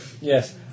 yes